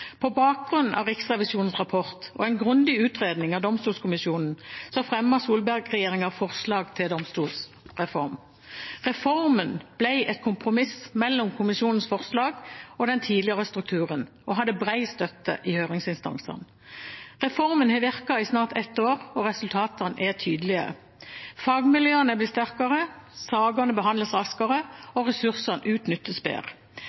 På bakgrunn av Riksrevisjonens rapport og en grundig utredning av Domstolkommisjonen fremmet Solberg-regjeringen forslag til domstolsreform. Reformen ble et kompromiss mellom kommisjonens forslag og den tidligere strukturen og hadde bred støtte blant høringsinstansene. Reformen har virket i snart ett år, og resultatene er tydelige: Fagmiljøene er blitt sterkere, sakene behandles raskere, og ressursene utnyttes bedre.